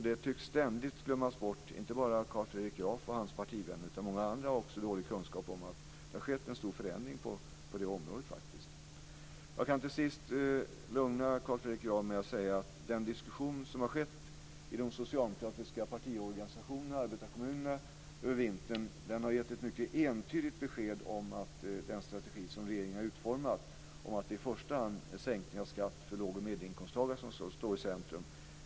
Det tycks ständigt glömmas bort, inte bara av Carl Fredrik Graf och hans partivänner utan det är också många andra som har dålig kunskap om att det har skett en stor förändring på det området. Till sist kan jag lugna Carl Fredrik Graf med att säga att den diskussion som har förts i den socialdemokratiska partiorganisationen och i arbetarekommunerna under vintern har gett ett mycket entydigt besked om att den strategi som regeringen har utformat i första hand går ut på det är en sänkning av skatten för låg och medelinkomsttagare som ska stå i centrum.